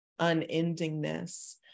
unendingness